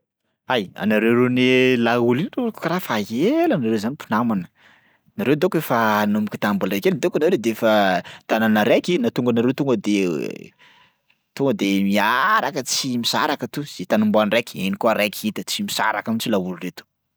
Hay, anareo roa ne laolo no karaha fa ela nareo zany mpinamana. Nareo donko efa anomboka tam'bola kely donko de fa tanÃ na raiky, nahatonga anareo tonga de tonga de miaraka tsy misaraka to zay tany omban'ny raiky iny koa araiky hita, tsy misaraka mihitsy laolo reto.